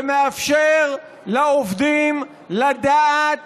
ומאפשר לעובדים לדעת